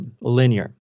linear